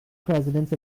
presidents